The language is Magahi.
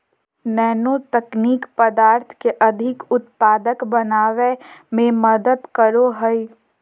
नैनो तकनीक पदार्थ के अधिक उत्पादक बनावय में मदद करो हइ